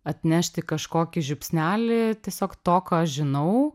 atnešti kažkokį žiupsnelį tiesiog to ką aš žinau